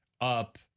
up